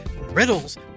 riddles